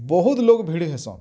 ବହୁତ ଲୋକ୍ ଭିଡ଼୍ ହେଇସନ୍